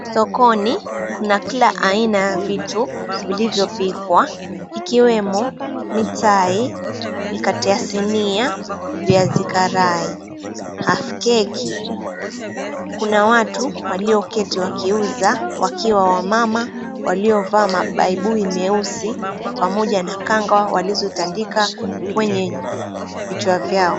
Sokoni Kuna kila aina ya vitu vilivyopikwa ikiwemo michai, mikate ya sinia, viazi karai, half-keki . Kuna watu waliyoketi wakiuza, wakiwa wamama waliyovaa mabaibui meusi, pamoja na kanga walizotandika kwenye vichwa vyao.